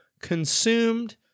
consumed